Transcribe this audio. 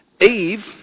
Eve